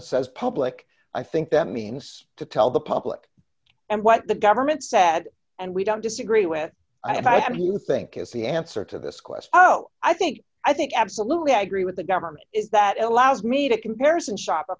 it says public i think that means to tell the public and what the government sad and we don't disagree with i have you think is the answer to this question no i think i think absolutely i agree with the government is that it allows me to comparison shop